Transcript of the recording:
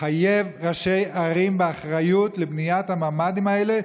לחייב ראשי ערים באחריות לבניית הממ"דים האלה,